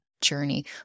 journey